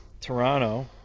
Toronto